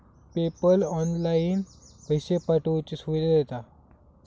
PayPal online पैशे पाठवुची सुविधा देता